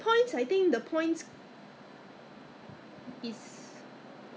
nowadays 也 hardly for me lah hardly hardly go out except sending the boys to school